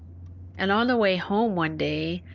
and on the way home one day,